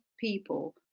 people